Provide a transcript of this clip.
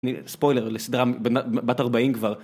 ספוילר לסדרה בת 40 כבר